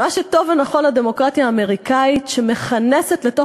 אבל מה שטוב ונכון לדמוקרטיה האמריקנית שמכנסת לתוך